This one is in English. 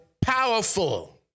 powerful